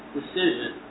decision